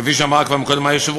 כפי שאמר קודם היושב-ראש,